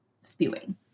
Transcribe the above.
spewing